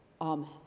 Amen